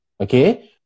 Okay